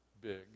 big